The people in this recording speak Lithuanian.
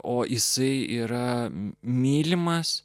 o jisai yra mylimas